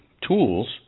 tools